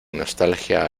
nostalgia